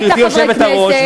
גברתי היושבת-ראש.